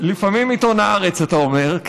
לפעמים עיתון הארץ, לפעמים עיתון הארץ, אתה אומר.